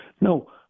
No